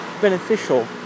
beneficial